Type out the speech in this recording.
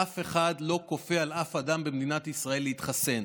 אף אחד לא כופה על אף אדם במדינת ישראל להתחסן,